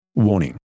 warning